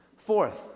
Fourth